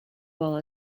well